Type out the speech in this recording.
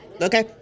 Okay